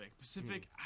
Pacific